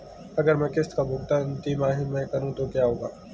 अगर मैं किश्त का भुगतान तिमाही में करूं तो क्या होगा?